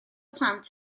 plant